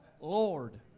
Lord